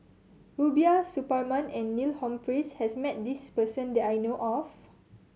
Rubiah Suparman and Neil Humphreys has met this person that I know of